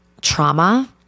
trauma